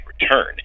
return